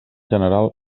general